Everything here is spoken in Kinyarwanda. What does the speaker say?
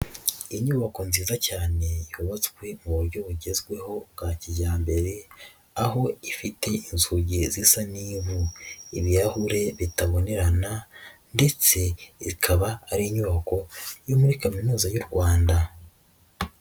Inyubako nziza cyane yubatswe mu buryo bugezweho bwa kijyambere, aho ifite inzuge zisa n'ivu, ibirahure bitabonerana ndetse ikaba ari inyubako yo muri Kaminuza y'u Rwanda.